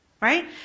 Right